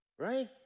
Right